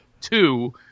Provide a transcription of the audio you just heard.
two